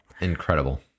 Incredible